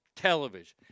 Television